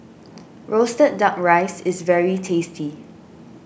Roasted Duck Rice is very tasty